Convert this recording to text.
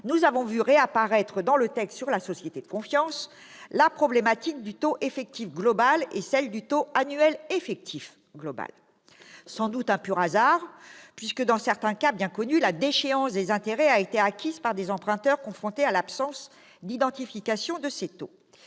nous avons vu réapparaître dans le texte sur la « société de confiance » la problématique du taux effectif global et celle du taux annuel effectif global. Sans doute un pur hasard, puisque, dans certains cas bien connus, la déchéance des intérêts a été acquise par des emprunteurs confrontés à l'absence d'indication de ces taux